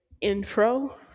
intro